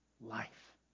life